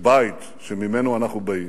ובית שממנו אנחנו באים.